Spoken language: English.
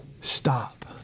Stop